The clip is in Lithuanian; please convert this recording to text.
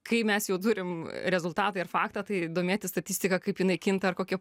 kai mes jau turim rezultatą ir faktą tai domėtis statistika kaip jinai kinta ar kokie